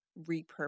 repurpose